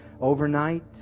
overnight